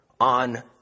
on